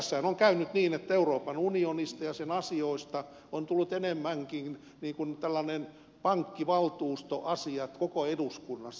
tässähän on käynyt niin että euroopan unionista ja sen asioista on tullut enemmänkin tällainen pankkivaltuustoasia koko eduskunnassa